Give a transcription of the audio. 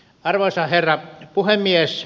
arvoisa herra puhemies